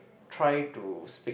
try to speak